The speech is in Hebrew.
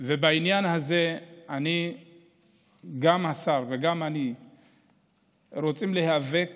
בעניין הזה, גם השר וגם אני רוצים להיאבק